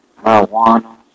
marijuana